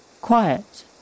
Quiet